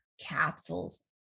capsules